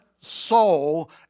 soul